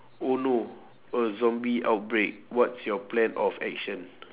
oh no a zombie outbreak what's your plan of action